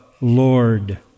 Lord